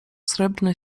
srebrne